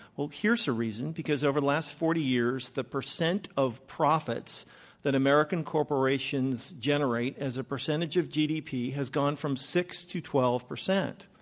well, here's a reason, because overthe last forty years, the percent of profits that american corporations generate as a percentage of gdp, has gone from six to twelve percent.